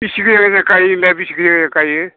बिसि गोजान गोजान गायो नोंलाय बिसि गोजान गोजान गायो